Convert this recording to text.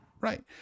Right